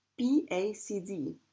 PACD